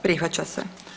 Prihvaća se.